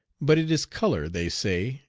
but it is color, they say,